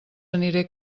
aniré